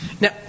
Now